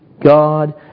God